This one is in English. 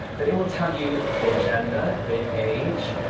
but it will tell you their gender, their age.